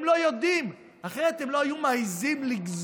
הם לא יודעים, אחרת הם לא היו מעיזים לגזול,